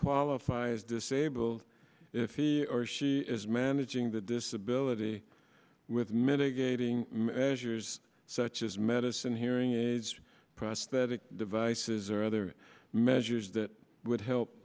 qualify as disabled if he or she is managing the disability with mitigating measures such as medicine hearing aids prosthetic devices or other measures that would help